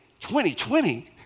2020